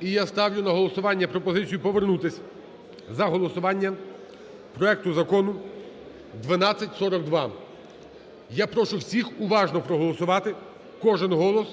І я ставлю на голосування пропозицію повернутися за голосування проекту Закону 1242. Я прошу всіх уважно проголосувати, кожен голос.